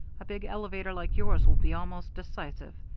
a big elevator like yours will be almost decisive.